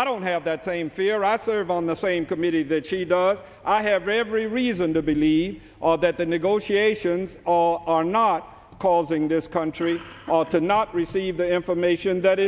i don't have that same fear at serve on the same committee that she does i have every reason to believe that the negotiations are not causing this country to not receive the information that